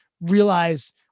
realize